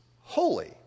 holy